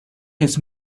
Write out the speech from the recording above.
his